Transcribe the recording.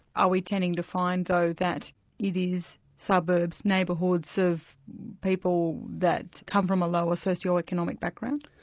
are we tending to find though that it is suburbs, neighbourhoods of people that come from a lower socioeconomic background?